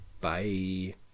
Bye